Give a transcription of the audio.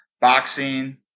boxing